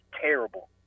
terrible